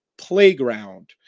Playground